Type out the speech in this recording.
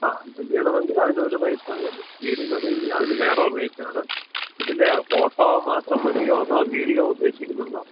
അങ്ങനെ ചെയ്യണമെങ്കിൽ അതിനൊരു റേയ്റ്റാകും സീ ഡി മതിയെങ്കിൽ അതിനു വേറൊരു റേറ്റാണ് ഇതിൽ ഫോട്ടോ മാത്രം മതിയോ അതോ വീഡിയോ ഉദ്ദേശിക്കുന്നുണ്ടോ